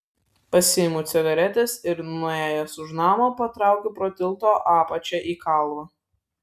pasiimu cigaretes ir nuėjęs už namo patraukiu pro tilto apačią į kalvą